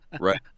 right